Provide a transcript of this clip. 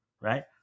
Right